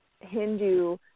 Hindu